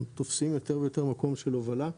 הם תופסים יותר ויותר מקום של הובלה.